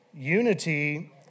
Unity